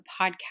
podcast